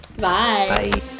bye